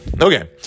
okay